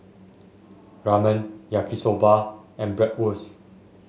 Ramen Yaki Soba and Bratwurst